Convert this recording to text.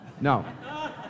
no